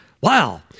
Wow